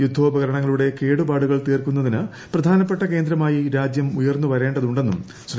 യുദ്ധോപ്കര്ണങ്ങളുടെ കേടുപാടുകൾ തീർക്കുന്നതിന് പ്രധാനപ്പെട്ട കേന്ദ്രമായി രാജ്യം ഉയർന്നു വരേണ്ടതുണ്ടെന്നും ശ്രീ